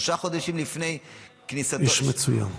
שלושה חודשים לפני כניסתו -- איש מצוין.